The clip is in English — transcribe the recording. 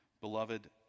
Beloved